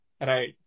Right